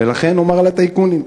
ולכן נאמר לטייקונים: